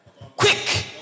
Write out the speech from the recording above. Quick